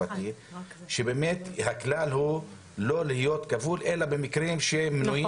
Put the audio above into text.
חושב שהכלל הוא לא להיות כבול אלא במקרים שמנויים.